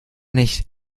nicht